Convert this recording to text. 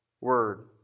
word